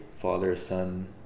father-son